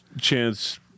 Chance